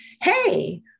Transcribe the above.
hey